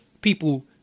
people